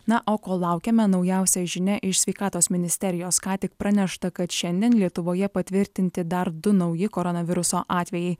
na o kol laukiame naujausia žinia iš sveikatos ministerijos ką tik pranešta kad šiandien lietuvoje patvirtinti dar du nauji koronaviruso atvejai